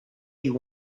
you